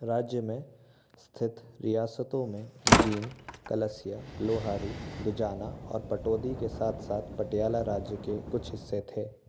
राज्य में स्थित रियासतों में जींद कलसिया लोहारू दुजाना और पटौदी के साथ साथ पटियाला राज्य के कुछ हिस्से थे